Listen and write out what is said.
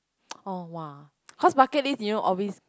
oh !wah! cause bucket list you know always